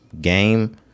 game